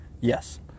Yes